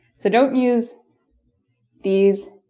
so don't use these,